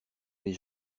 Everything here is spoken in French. les